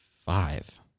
five